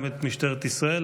גם את משטרת ישראל,